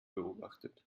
beobachtet